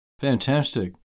Fantastic